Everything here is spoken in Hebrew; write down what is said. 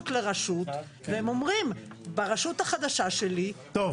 לרשות והם אומרים ברשות החדשה שלי לא מקפידים.